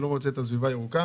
שלא רוצה את הסביבה הירוקה.